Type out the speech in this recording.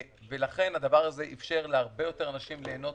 לכן הדבר הזה אפשר להרבה יותר אנשים ליהנות